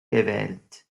gewählt